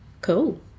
Cool